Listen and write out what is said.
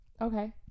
Okay